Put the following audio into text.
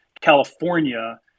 California